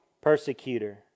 persecutor